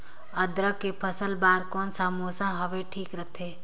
अदरक के फसल बार कोन सा मौसम हवे ठीक रथे?